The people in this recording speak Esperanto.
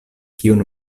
kiun